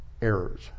errors